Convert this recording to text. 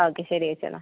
okay ശരി ഏച്ചി എന്നാൽ